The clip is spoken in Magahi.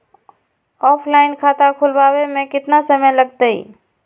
ऑफलाइन खाता खुलबाबे में केतना समय लगतई?